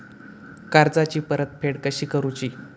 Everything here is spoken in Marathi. कर्जाची परतफेड कशी करुची?